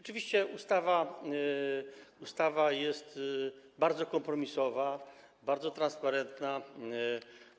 Oczywiście ustawa jest bardzo kompromisowa, bardzo transparentna,